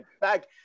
back